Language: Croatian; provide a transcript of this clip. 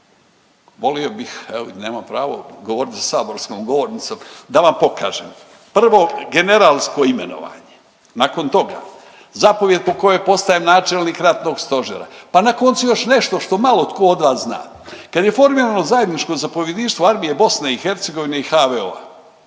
volio bih, nemam pravo govoriti za saborskom govornicom da vam pokažem. Prvo generalsko imenovanje nakon toga zapovijed po kojoj postajem načelnik ratnog stožera, pa na koncu još nešto što malo tko od vas zna. Kad je formirano zajedničko zapovjedništvo Armije BiH i HVO-a